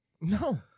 No